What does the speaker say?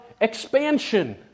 expansion